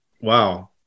Wow